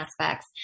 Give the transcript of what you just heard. aspects